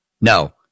No